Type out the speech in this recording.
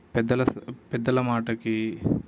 పెద్దల స పెద్దల మాటకి